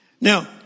Now